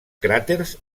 cràters